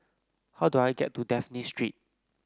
how do I get to Dafne Street